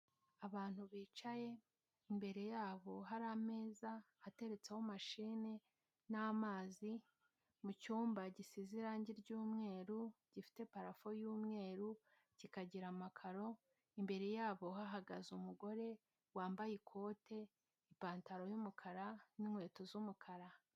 Abantu bicaye imbere yabo hari ameza ateretseho machine n'amazi, mu'icyumba gisize irangi ry'umweru, gifite parafo y'umweru, kikagira amakaro, imbere yabo hahagaze umugore wambaye ikote, ipantaro yumukara n'inkweto z'umukara.